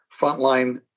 frontline